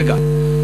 רגע.